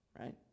right